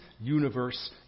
universe